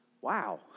wow